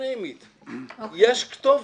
יש כתובת.